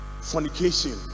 fornication